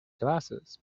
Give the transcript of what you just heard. glasses